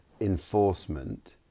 enforcement